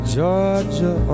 Georgia